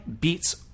beats